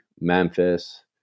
Memphis